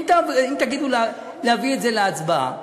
אם תגידו להביא את זה להצבעה,